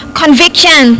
conviction